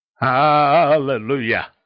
Hallelujah